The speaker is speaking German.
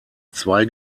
zwei